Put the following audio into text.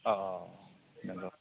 औ नोंगौ